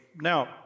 Now